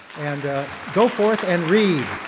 and go forth and read.